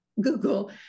Google